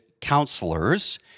counselors